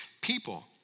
people